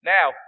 Now